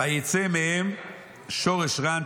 ויצא מהם שורש רע,